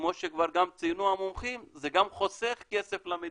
וכמו שציינו המומחים, זה גם חוסך כסף למדינה.